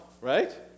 right